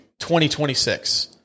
2026